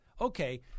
Okay